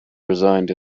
resigned